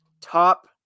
top